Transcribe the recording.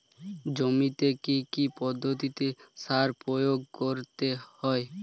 জমিতে কী কী পদ্ধতিতে সার প্রয়োগ করতে হয়?